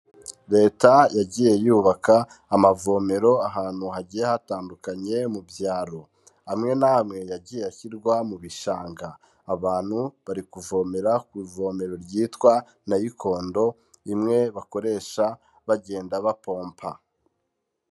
Leta yagiye yubaka amavomero ahantu hagiye hatandukanye mu byaro. Amwe n'amwe yagiye ashyirwa mu bishanga. Abantu bari kuvomera ku ivomero ryitwa nayikondo, imwe bakoresha bagenda bapompa.